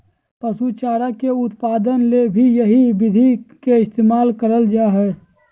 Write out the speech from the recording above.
पशु चारा के उत्पादन ले भी यही विधि के इस्तेमाल करल जा हई